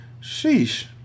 Sheesh